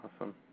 Awesome